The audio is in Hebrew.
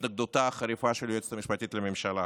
התנגדותה החריפה של היועצת המשפטית לממשלה,